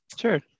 sure